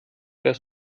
dass